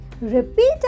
Repeat